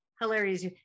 hilarious